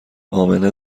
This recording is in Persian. امنه